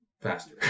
Faster